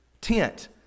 tent